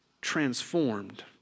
transformed